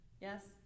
Yes